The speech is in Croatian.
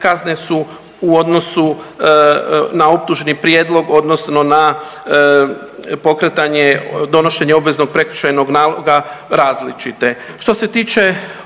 kazne su u odnosu na optužni prijedlog odnosno na pokretanje donošenje obveznog prekršajnog naloga različite.